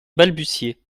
balbutiait